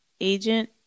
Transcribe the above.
agent